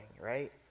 right